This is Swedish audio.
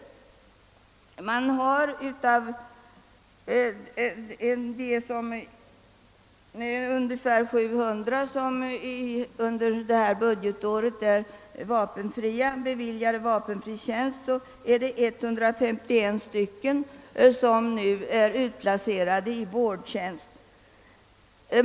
Av de ungefär 700 som detta budgetår har beviljats vapenfri tjänst är det 151 som nu är utplacerade i vårdtjänst.